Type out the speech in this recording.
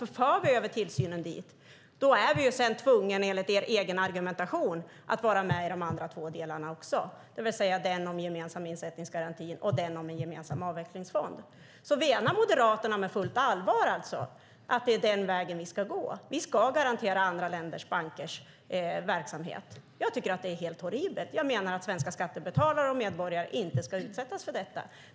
Om vi för över tillsynen dit är vi sedan tvungna, enligt er egen argumentation, Peder Wachtmeister, att vara med också i de andra två delarna, det vill säga den gemensamma insättningsgarantin och den gemensamma avvecklingsfonden. Menar Moderaterna på fullt allvar att det är den vägen vi ska gå, att vi ska garantera verksamheten i andra länders banker? Jag tycker att det är helt horribelt. Jag menar att svenska skattebetalare och medborgare inte ska utsättas för det.